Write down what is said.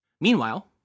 Meanwhile